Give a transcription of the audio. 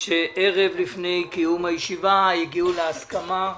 שערב לפני קיום הישיבה הגיעו להסכמה,